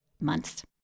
months